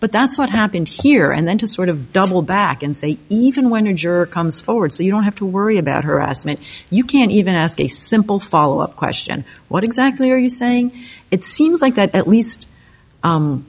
but that's what happened here and then to sort of double back and say even when a juror comes forward so you don't have to worry about harassment you can't even ask a simple follow up question what exactly are you saying it seems like that at least